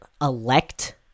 elect